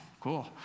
cool